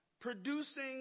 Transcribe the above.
Producing